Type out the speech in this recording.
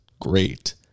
great